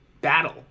battle